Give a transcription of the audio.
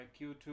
q2